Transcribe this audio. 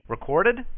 Recorded